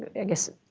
i guess